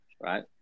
Right